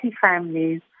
families